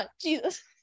Jesus